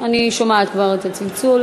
אני שומעת כבר את הצלצול.